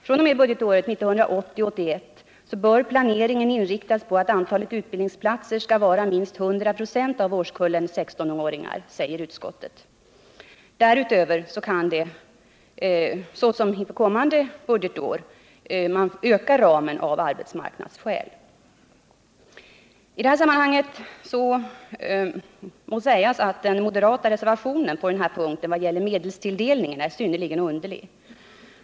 fr.o.m. budgetåret 1980/81 bör plane ringen inriktas på att antalet utbildningsplatser skall vara minst 100 96 av årskullen 16-åringar, säger utskottet. Därutöver kan såsom inför kommande budgetår ramen ökas av arbetsmarknadsskäl. I detta sammanhang må sägas att den moderata reservationen på denna punkt i vad gäller medelstilldelningen är synnerligen underlig.